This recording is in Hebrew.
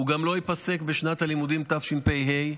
הוא גם לא ייפסק בשנת הלימודים תשפ"ה.